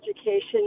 education